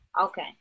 Okay